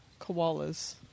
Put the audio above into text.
koalas